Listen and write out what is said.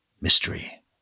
mystery